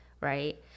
Right